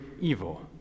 evil